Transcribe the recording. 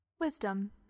Wisdom